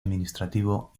administrativo